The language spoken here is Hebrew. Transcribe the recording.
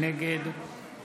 נגד